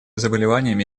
заболеваниями